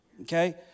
Okay